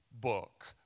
book